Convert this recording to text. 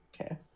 Okay